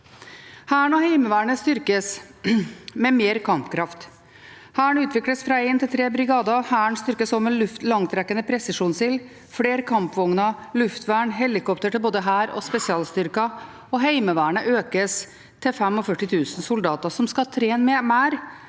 Hæren og Heimevernet styrkes med mer kampkraft. Hæren utvikles fra en til tre brigader, og Hæren styrkes også med langtrekkende presisjonsild, med flere kampvogner, med luftvern og med helikopter til både hær og spesialstyrker, og Heimevernet økes til 45 000 soldater som skal trene mer.